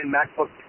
MacBook